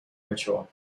ritual